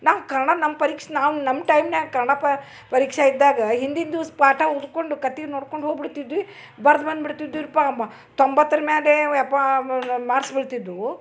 ನಾನು ಕನ್ನಡ ನಮ್ಮ ಪರೀಕ್ಷೆ ನಾವು ನಮ್ಮ ಟೈಮ್ನಾಗ್ ಕನ್ನಡ ಪರೀಕ್ಷೆ ಇದ್ದಾಗ ಹಿಂದಿನ ದಿವ್ಸ ಪಾಠ ಉರ್ಕೊಂಡು ಕಥೆ ನೋಡ್ಕೊಂಡು ಹೋಗ್ಬಿಡ್ತಿದ್ವಿ ಬರ್ದು ಬಂದು ಬಿಡ್ತಿದ್ವಿರುಪ ಮ ತೊಂಬತ್ತರ ಮೇಲೆ ಯಪ್ಪ ಮಾರ್ಸ್ ಬೀಳ್ತಿದ್ದವು